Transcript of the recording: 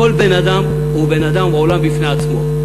כל בן-אדם הוא בן-אדם ועולם בפני עצמו.